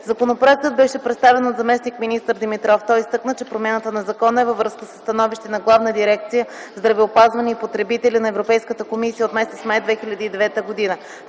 Законопроектът беше представен от заместник-министър Димитров. Той изтъкна, че промяната на закона е във връзка със становище на Главна дирекция „Здравеопазване и потребители” на Европейската комисия от м. май 2009 г.